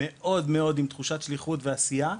עם תחושת שליחות ועשייה.